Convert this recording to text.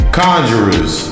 conjurers